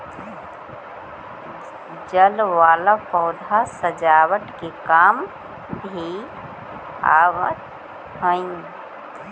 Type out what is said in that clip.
जल वाला पौधा सजावट के काम भी आवऽ हई